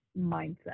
mindset